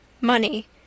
Money